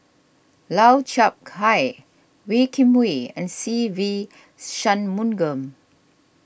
Lau Chiap Khai Wee Kim Wee and Se Ve Shanmugam